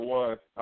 one